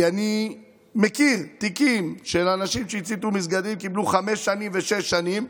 אני מכיר תיקים של אנשים שהציתו מסגדים וקיבלו חמש שנים ושש שנים,